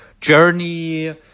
journey